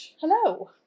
Hello